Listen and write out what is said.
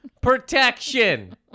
protection